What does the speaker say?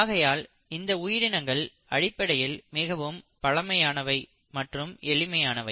ஆகையால் இந்த உயிரினங்கள் அடிப்படையில் மிகவும் பழமையானவை மற்றும் எளிமையானவை